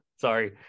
Sorry